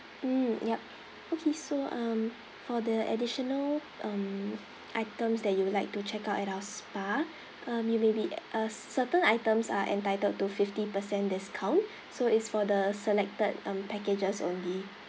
mm yup okay so um for the additional um items that you would like to check out at our spa um you may be uh certain items are entitled to fifty percent discount so it's for the selected um packages only